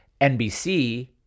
NBC